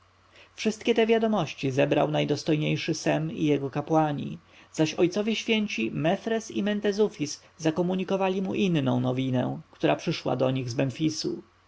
wszystkie te wiadomości zebrał najdostojniejszy sem i jego kapłani zaś ojcowie święci mefres i mentezufis zakomunikowali mu inną nowinę która przyszła do nich z memfisu